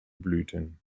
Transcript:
blüten